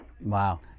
Wow